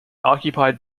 occupied